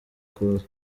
kuza